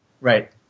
Right